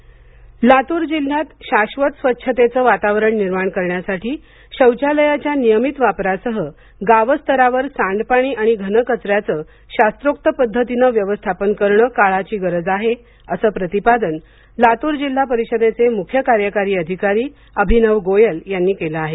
घनकचरा व्यवरुथापन लातूर जिल्ह्यात शाश्वत स्वच्छतेचे वातावरण निर्माण करण्यासाठी शौचालयाच्या नियमित वापरासह गावस्तरावर सांडपाणी आणि घनकचऱ्याचं शास्त्रोक्त पध्दतीने व्यवस्थापन करणं काळाची गरज आहे असं प्रतिपादन लातूर जिल्हा परिषदचे मुख्य कार्यकारी अधिकारी अभिनव गोयल यांनी केलं आहे